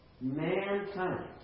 mankind